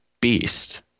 beast